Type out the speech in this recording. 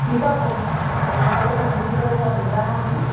ठीकु आहे पोइ वरी ॿियो तोखे मिली करे सभु ॿुधायां थी